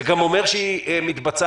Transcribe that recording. זה גם אומר שהיא מתבצעת,